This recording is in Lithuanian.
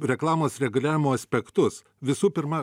reklamos reguliavimo aspektus visų pirma